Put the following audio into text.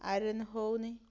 iron ହେଉନି